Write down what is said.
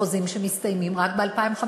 חוזים שמסתיימים רק ב-2015,